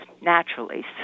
naturally